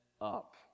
up